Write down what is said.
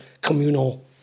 communal